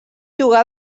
juga